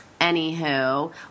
anywho